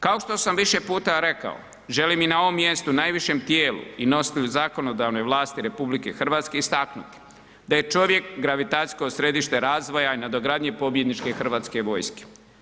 Kao što sam više puta rekao, želim i na ovom mjestu najvišem tijelu i nositelju zakonodavne vlasti RH istaknuti da je čovjek gravitacijsko središte razvoja i nadogradnje pobjedničke Hrvatske vojske.